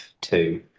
two